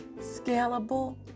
scalable